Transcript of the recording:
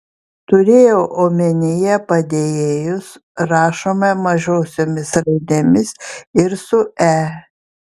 turėjau omenyje padėjėjus rašoma mažosiomis raidėmis ir su e